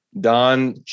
Don